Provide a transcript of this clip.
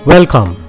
Welcome